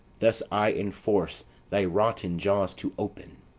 thus i enforce thy rotten jaws to open,